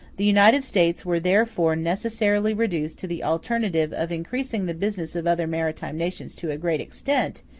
the united states were therefore necessarily reduced to the alternative of increasing the business of other maritime nations to a great extent,